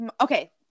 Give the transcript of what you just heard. okay